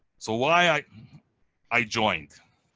so why i i joined,